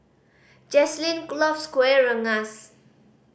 Jazlyn loves Kueh Rengas